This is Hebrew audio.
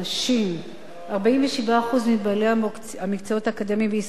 47% מבעלי מהמקצועות האקדמיים בישראל הם נשים.